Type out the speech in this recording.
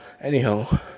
Anyhow